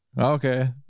okay